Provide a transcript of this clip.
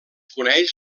coneix